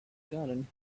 garden